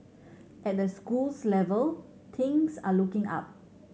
at the schools level tings are looking up